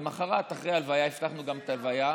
למוחרת, אחרי ההלוויה, אבטחנו גם את ההלוויה,